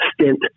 stint